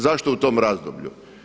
Zašto u tom razdoblju?